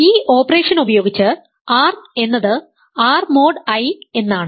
ഈ ഓപ്പറേഷൻ ഉപയോഗിച്ച് R എന്നത് R മോഡ് I എന്നാണ്